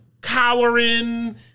cowering